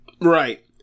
Right